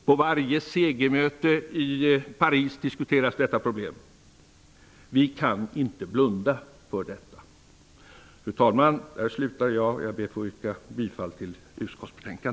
På varje CG-möte i Paris diskuteras detta problem. Vi kan inte blunda för detta. Fru talman! Jag ber till slut att få yrka bifall till utskottets hemställan.